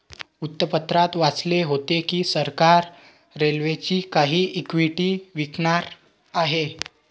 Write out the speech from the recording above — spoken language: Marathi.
वृत्तपत्रात वाचले होते की सरकार रेल्वेची काही इक्विटी विकणार आहे